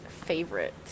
favorite